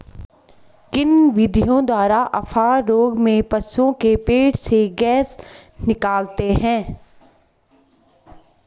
किन विधियों द्वारा अफारा रोग में पशुओं के पेट से गैस निकालते हैं?